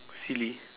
silly